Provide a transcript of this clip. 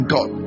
God